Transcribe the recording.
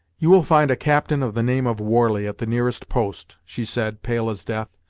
you will find a captain of the name of warley at the nearest post, she said, pale as death,